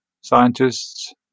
scientists